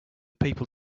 people